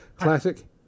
classic